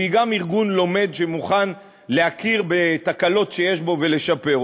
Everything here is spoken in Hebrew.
והיא גם ארגון לומד שמוכן להכיר בתקלות שיש בו ולהשתפר,